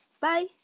Bye